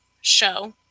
show